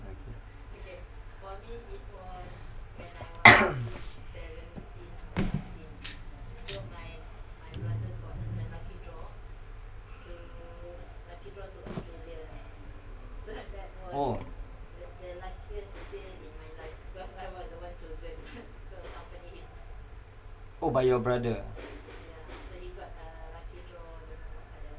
orh oh by your brother ah